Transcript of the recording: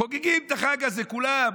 חוגגים את החג הזה כולם,